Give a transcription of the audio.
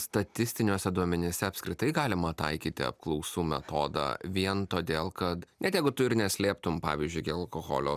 statistiniuose duomenyse apskritai galima taikyti apklausų metodą vien todėl kad net jeigu tu ir neslėptum pavyzdžiui dėl alkoholio